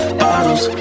bottles